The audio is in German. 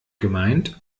gemeint